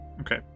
Okay